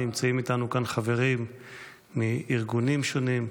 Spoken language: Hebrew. נמצאים איתנו כאן חברים מארגונים שונים,